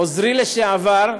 עוזרי לשעבר,